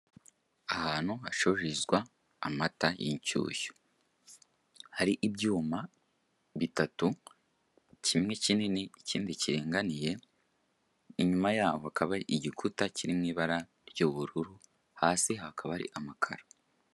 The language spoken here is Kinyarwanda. Ahantu hacururizwa amata y'inshyushyu, hari ibyuma bitatu kimwe kinini, ikindi kiringaniye, inyuma yaho hakaba hari igikuta kiri mu ibara ry'ubururu, hasi hakaba hari amakaro.